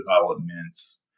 developments